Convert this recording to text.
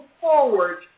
forward